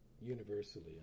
universally